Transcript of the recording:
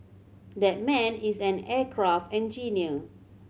that man is an aircraft engineer